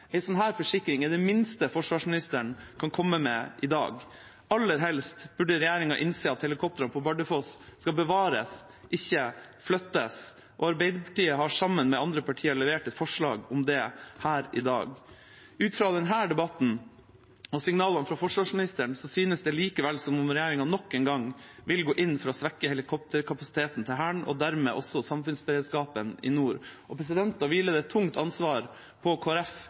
sånn forsikring er det minste forsvarsministeren kan komme med i dag. Aller helst burde regjeringa innse at helikoptrene på Bardufoss skal bevares, ikke flyttes, og Arbeiderpartiet har sammen med andre partier levert et forslag om det her i dag. Ut fra denne debatten og signalene fra forsvarsministeren synes det likevel som om regjeringa nok en gang vil gå inn for å svekke helikopterkapasiteten til Hæren og dermed også samfunnsberedskapen i nord. Da hviler det et tungt ansvar på